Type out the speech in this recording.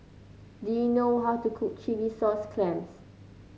do you know how to cook Chilli Sauce Clams